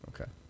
Okay